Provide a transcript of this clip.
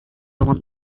want